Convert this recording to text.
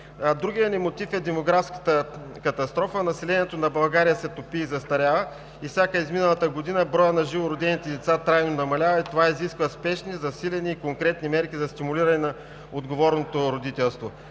Другият ни мотив е демографската катастрофа. Населението на България се топи и застарява. С всяка изминала година броят на живо родените деца трайно намалява и това изисква спешни, засилени и конкретни мерки за стимулиране на отговорното родителство.